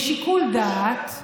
בשיקול דעת.